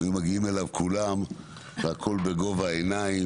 והיו מגיעים אליו כולם, והכול בגובה העיניים.